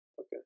Okay